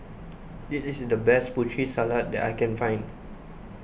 this is the best Putri Salad that I can find